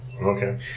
Okay